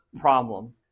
problem